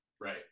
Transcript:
right